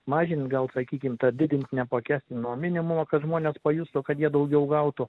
mažint gal sakykim tą didint neapmokestinamą minimumą kad žmonės pajustų kad jie daugiau gautų